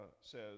says